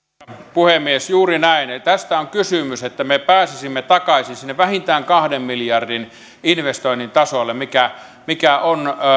puhemies juuri näin tästä on kysymys että me pääsisimme takaisin sinne vähintään kahden miljardin investoinnin tasolle mikä mikä on